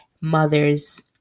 mothers